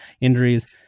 injuries